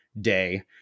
day